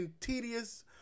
tedious